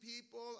people